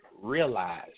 realize